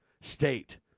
state